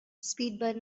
speedbird